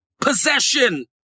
possession